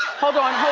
hold on,